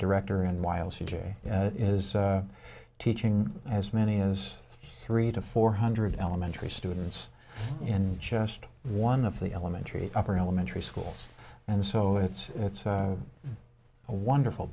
director and while c j is teaching as many as three to four hundred elementary students in just one of the elementary upper elementary schools and so it's it's a wonderful